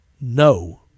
no